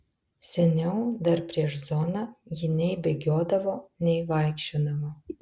seniau dar prieš zoną ji nei bėgiodavo nei vaikščiodavo